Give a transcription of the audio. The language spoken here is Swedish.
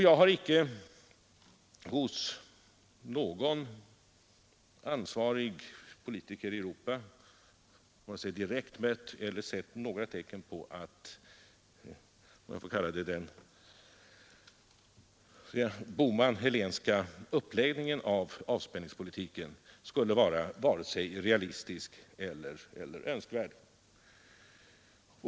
Jag har icke hos någon ansvarig politiker i Europa vare sig direkt mött eller sett några tecken på att den Bohman-Helénska ”uppläggningen” när det gäller avspänningspolitiken skulle vara vare sig realistisk eller önskvärd.